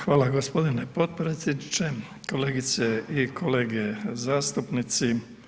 Hvala g. potpredsjedniče, kolegice i kolege zastupnici.